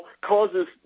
causes